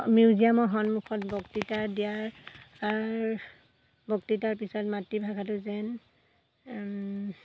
মিউজিয়ামৰ সন্মুখত বক্তৃতা দিয়াৰ য়াৰ বক্তৃতাৰ পিছত মাতৃভাষাটো যেন